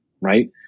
right